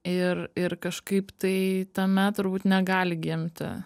ir ir kažkaip tai tame turbūt negali gimti